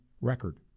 record